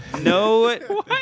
No